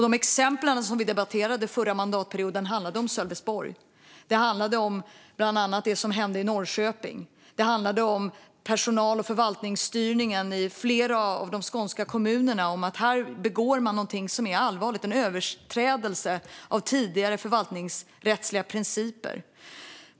De exempel vi debatterade förra mandatperioden handlade om Sölvesborg, Norrköping och personal och förvaltningsstyrningen i flera skånska kommuner. Det gjordes överträdelser av tidigare förvaltningsrättsliga principer, vilket var allvarligt.